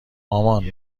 مامان